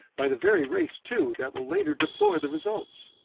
by the very race, too, that will later deplore the results.